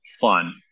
fun